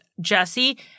Jesse